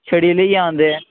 छड़ी लेइयै आंदे ऐ